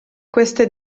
queste